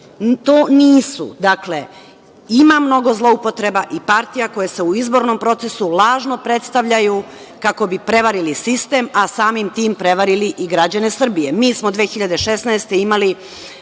to nisu. Dakle, ima mnogo zloupotreba i partija koje se u izbornom procesu lažno predstavljaju, kako bi prevarili sistem, a samim tim prevarili i građane Srbije. Mi smo 2016. godine